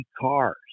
cars